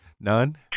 None